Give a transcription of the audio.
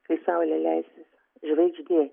kai saulė leisis žvaigždė